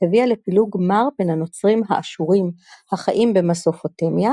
הביאה לפילוג מר בין הנוצרים האשורים החיים במסופוטמיה